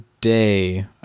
day